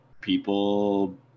people